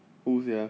who sia